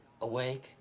awake